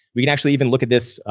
we'd actually even look at this,